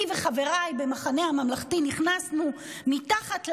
אני וחבריי במחנה הממלכתי נכנסנו מתחת לאלונקה,